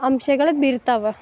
ಅಂಶಗಳು ಬೀರ್ತಾವ